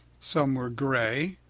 some were gray,